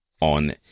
on